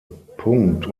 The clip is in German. punkt